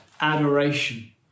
adoration